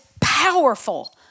powerful